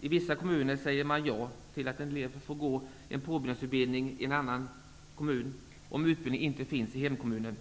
I vissa kommuner säger man ja till att en elev får gå en påbyggnadsutbildning i en annan kommun om utbildningen inte finns i hemkommunen.